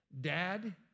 Dad